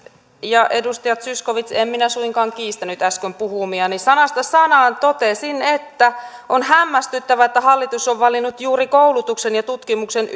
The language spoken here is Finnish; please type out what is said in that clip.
edustaja zyskowicz en minä suinkaan kiistänyt äsken puhumiani sanasta sanaan totesin että on hämmästyttävää että hallitus on valinnut juuri koulutuksen ja tutkimuksen